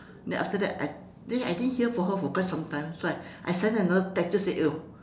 then after that I then I didn't hear from her for quite sometime so I I send her another text just say oh